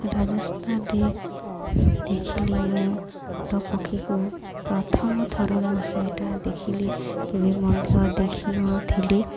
ରାଜସ୍ଥାନରେ ଦେଖିଲି ମୁଁ ଓଟ ପକ୍ଷୀକୁ ପ୍ରଥମ ଥର ମୁଁ ସେଇଟା ଦେଖିଲି କେବି ମଧ୍ୟ ଦେଖିନଥିଲି